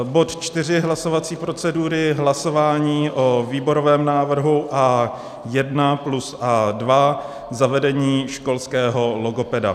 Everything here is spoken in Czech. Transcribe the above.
Bod 4 hlasovací procedury, hlasování o výborovém návrhu A1 a A2 zavedení školského logopeda.